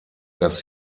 dass